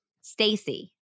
Stacy